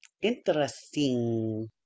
interesting